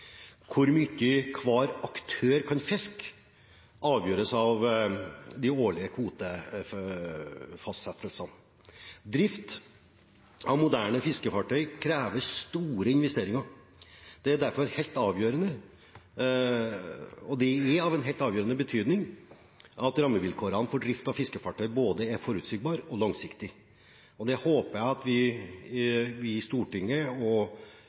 Hvor mye hver aktør kan fiske, avgjøres av de årlige kvotefastsettelsene. Drift av moderne fiskefartøy krever store investeringer. Det er derfor av helt avgjørende betydning at rammevilkårene for drift av fiskefartøy er både forutsigbare og langsiktige. Jeg håper at vi i Stortinget